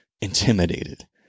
intimidated